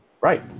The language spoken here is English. Right